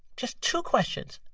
just two questions.